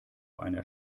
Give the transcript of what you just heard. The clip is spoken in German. einer